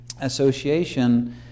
association